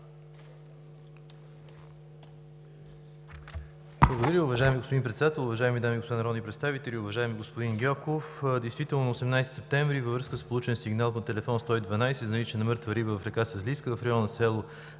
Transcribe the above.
наличие на мъртва риба в река Сазлийка в района на село